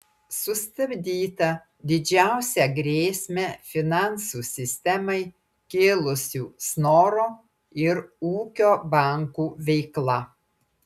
sustabdyta didžiausią grėsmę finansų sistemai kėlusių snoro ir ūkio bankų veikla